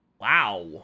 wow